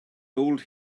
gold